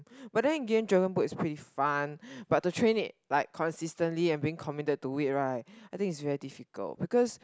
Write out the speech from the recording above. but then again dragon boat is pretty fun but to train it like consistently and be committed to it right I think it is very difficult because